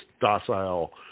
docile